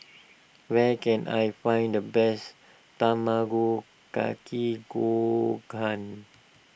where can I find the best Tamago Kake Gohan